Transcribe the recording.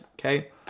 okay